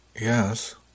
Yes